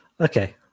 Okay